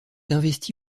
investi